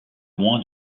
moins